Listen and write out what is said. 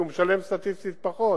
כי סטטיסטית הוא משלם פחות.